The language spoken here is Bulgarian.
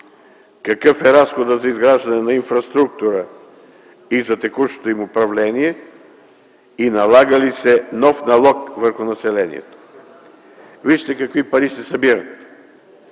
какъв е разходът за изграждане на инфраструктура и за текущото им управление и налага ли се нов налог върху населението. Вижте какви пари се събират: